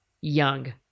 young